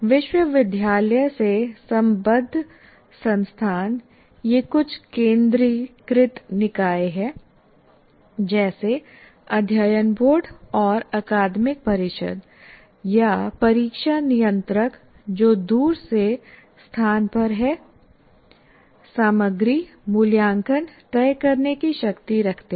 विश्वविद्यालय से संबद्ध संस्थान यह कुछ केंद्रीकृत निकाय हैं जैसे अध्ययन बोर्ड और अकादमिक परिषद या परीक्षा नियंत्रक जो दूर के स्थान पर हैंसामग्री मूल्यांकन तय करने की शक्ति रखते हैं